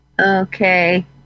Okay